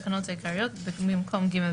עדיין בתוך אותו היגיון של כניסה למקומות,